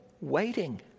waiting